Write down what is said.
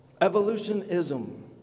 evolutionism